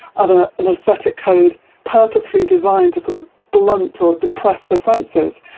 of an ah an aesthetic code purposefully designed to sort of blunt or depress the senses,